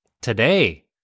today